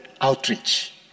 outreach